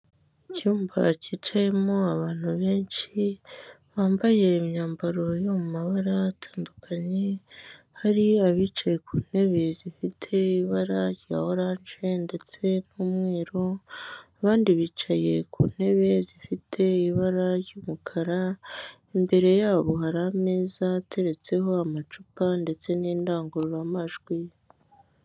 Icyumba cyicayemo abantu benshi bambaye imyambaro yo mu mabara atandukanye, hari abicaye ku ntebe zifite ibara rya oranje ndetse n'umweru, abandi bicaye ku ntebe zifite ibara ry'umukara, imbere yabo hari ameza yateretseho amacupa ndetse n'indangururamajwi.